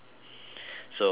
so what